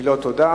מילות תודה